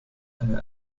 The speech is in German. eine